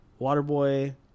Waterboy